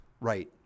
right